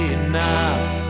enough